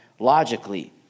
Logically